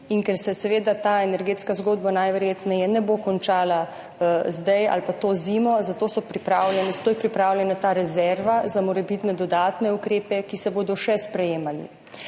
In ker se seveda ta energetska zgodba najverjetneje ne bo končala zdaj ali pa to zimo, je pripravljena ta rezerva za morebitne dodatne ukrepe, ki se bodo še sprejemali.